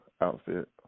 outfit